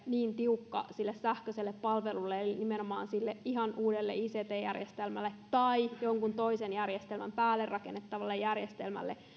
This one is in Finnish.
niin tiukka sille sähköiselle palvelulle eli nimenomaan sille ihan uudelle ict järjestelmälle tai jonkun toisen järjestelmän päälle rakennettavalle järjestelmälle